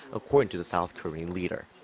according to the south korean leader.